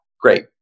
great